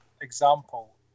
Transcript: example